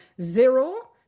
zero